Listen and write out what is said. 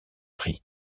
pris